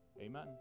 Amen